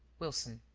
wilson,